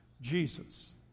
Jesus